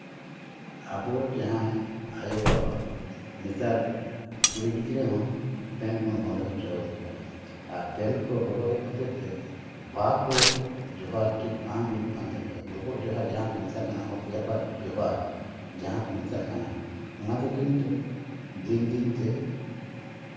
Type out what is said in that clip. ᱟᱵᱚ ᱡᱟᱦᱟᱸᱭ ᱟᱭᱳᱼᱵᱟᱵᱟ ᱱᱮᱛᱟᱨ ᱠᱩᱲᱤ ᱜᱤᱫᱽᱨᱟᱹ ᱦᱚᱸ ᱯᱮᱱᱴ ᱵᱚᱱ ᱦᱚᱨᱚᱜ ᱦᱚᱪᱚᱣᱠᱚ ᱠᱟᱱᱟ ᱟᱨ ᱯᱮᱱᱴ ᱠᱚ ᱦᱚᱨᱚᱜᱮᱫ ᱦᱚᱛᱮᱫ ᱛᱮ ᱵᱟᱠᱚ ᱡᱚᱦᱟᱨ ᱴᱷᱤᱠ ᱵᱟᱝ ᱦᱩᱭᱩᱜ ᱠᱟᱱ ᱛᱟᱠᱚᱣᱟ ᱰᱚᱵᱚᱜ ᱡᱚᱦᱟᱨ ᱡᱟᱦᱟᱸ ᱠᱚ ᱢᱮᱛᱟᱜ ᱠᱟᱱᱟ ᱚᱛ ᱡᱟᱯᱟᱜ ᱜᱚᱰ ᱡᱚᱦᱟᱨ ᱡᱟᱦᱟᱸ ᱠᱚ ᱢᱮᱛᱟᱜ ᱠᱟᱱᱟ ᱚᱱᱟ ᱫᱚ ᱠᱤᱱᱛᱩ ᱫᱤᱱ ᱫᱤᱱᱛᱮ